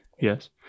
Yes